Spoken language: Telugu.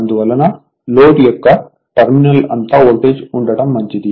అందువలన లోడ్ యొక్క టర్మినల్ అంతా వోల్టేజ్ ఉండటం మంచిది